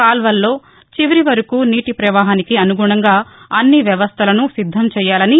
కాల్వల్లో చివరి వరకు నీటి పవాహానికి అనుగుణంగా అన్ని వ్యవస్థలను సిద్దం చేయాలని